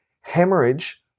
hemorrhage